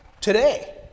Today